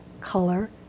color